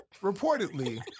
Reportedly